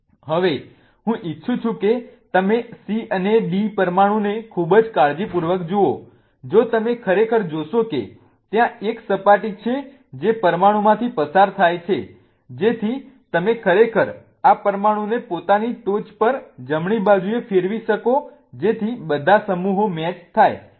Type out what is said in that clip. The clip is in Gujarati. હવે હું ઇચ્છું છું કે તમે C અને D પરમાણુને ખૂબ જ કાળજીપૂર્વક જુઓ જો તમે ખરેખર જોશો કે ત્યાં એક સપાટી છે જે પરમાણુમાંથી પસાર થાય છે જેથી તમે ખરેખર આ પરમાણુને પોતાની ટોચ પર જમણી બાજુએ ફેરવી શકો જેથી બધા સમુહો મેચ થાય